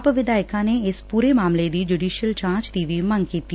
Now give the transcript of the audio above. ਆਪ ਵਿਧਾਇਕਾਂ ਨੇ ਇਸ ਪੁਰੇ ਮਾਮਲੇਂ ਦੀ ਚੁਡੀਸ਼ੀਅਲ ਜਾਂਚ ਦੀ ਵੀ ਮੰਗ ਕੀਤੀ